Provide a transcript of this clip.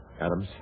Adams